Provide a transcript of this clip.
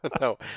No